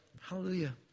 hallelujah